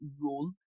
role